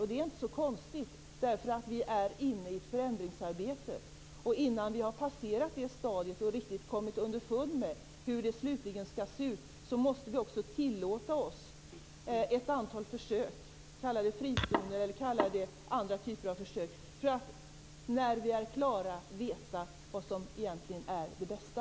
Och det är inte så konstigt, eftersom vi är inne i ett förändringsarbete. Innan vi har passerat det stadiet och riktigt kommit underfund med hur det slutligen skall se ut måste vi också tillåta oss ett antal försök - kalla det frizoner eller något annat - för att när vi är klara veta vad som egentligen är det bästa.